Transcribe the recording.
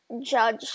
judge